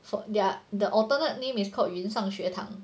for there're the alternate name is called 云上学堂